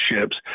ships